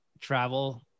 travel